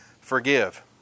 forgive